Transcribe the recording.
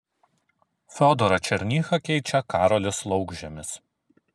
fiodorą černychą keičia karolis laukžemis